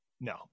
No